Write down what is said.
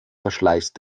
verschleißt